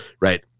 right